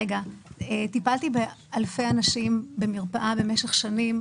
טיפלתי באלפי אנשים במרפאה במשך שנים.